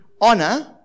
honor